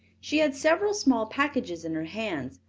she had several small packages in her hands,